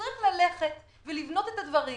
צריך ללכת ולבנות את הדברים